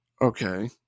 Okay